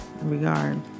regard